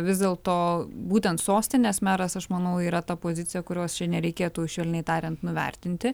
vis dėlto būtent sostinės meras aš manau yra ta pozicija kurios čia nereikėtų švelniai tariant nuvertinti